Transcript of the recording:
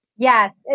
Yes